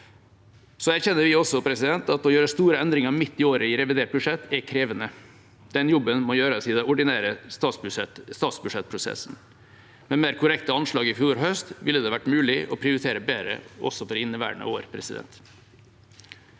erkjenner også vi at å gjøre store endringer midt i året i revidert budsjett er krevende. Den jobben må gjøres i den ordinære statsbudsjettsprosessen. Med mer korrekte anslag i fjor høst ville det vært mulig å prioritere bedre også for inneværende år.